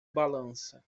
balança